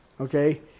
Okay